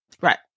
right